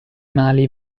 mali